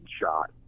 shot